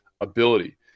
ability